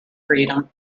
freedom